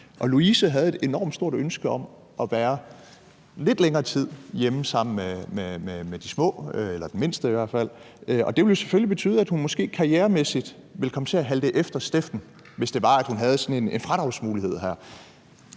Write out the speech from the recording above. Louise havde et enormt stort ønske om at være lidt længere tid hjemme sammen med de små, i hvert fald den mindste, og det ville jo selvfølgelig betyde, at hun måske karrieremæssigt ville komme til at halte efter Steffen, hvis det var, at hun havde sådan en fradragsmulighed her.